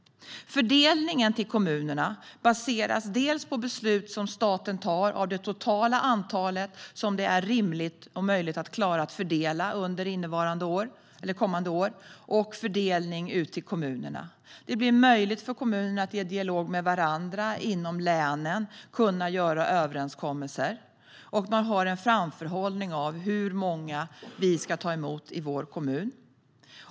Fördelningen till kommunerna baseras bland annat på beslut som staten tar om det totala antal som det är rimligt och möjligt att klara att fördela under kommande år. Det blir möjligt för kommunerna att i dialog med varandra inom länen göra överenskommelser. Man har då en framförhållning i fråga om hur många man ska ta emot i sin kommun.